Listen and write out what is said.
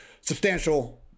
substantial